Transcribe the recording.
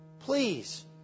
Please